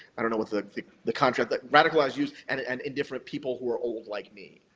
i don't know what the the contrast. the radicalized youth and and indifferent people who are old like me.